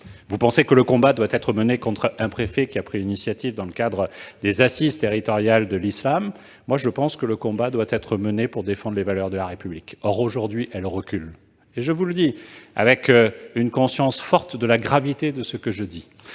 vous, le combat doit être mené contre un préfet qui a pris une initiative dans le cadre des assises territoriales de l'islam. Selon moi, le combat doit être mené pour défendre les valeurs de la République. Or, aujourd'hui, elles reculent, et je vous le dis avec une conscience forte de la gravité de mon propos.